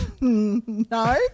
No